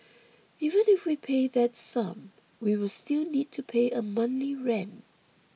even if we pay that sum we will still need to pay a monthly rent